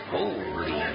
Holy